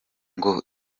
ngo